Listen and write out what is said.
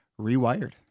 rewired